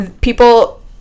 people